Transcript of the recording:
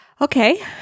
Okay